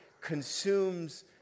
consumes